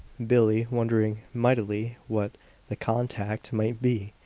billie wondering mightily what the contact might be.